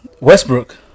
Westbrook